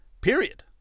period